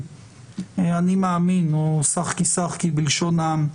"אני מאמין" או "שחקי שחקי" בלשון העם.